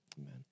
Amen